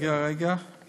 אחיות בריאות התלמיד.